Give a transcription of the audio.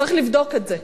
צריך לבדוק את זה.